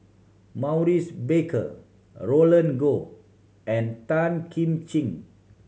Maurice Baker a Roland Goh and Tan Kim Ching